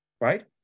right